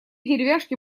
деревяшки